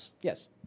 yes